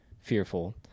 fearful